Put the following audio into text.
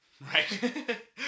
Right